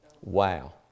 Wow